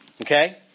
okay